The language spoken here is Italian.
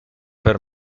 per